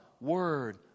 word